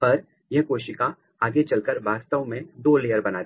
पर यह कोशिका आगे चलकर वास्तव में दो लेयर बनाती है